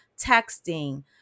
texting